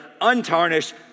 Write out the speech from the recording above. untarnished